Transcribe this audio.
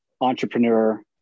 entrepreneur